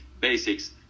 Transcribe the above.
basics